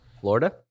Florida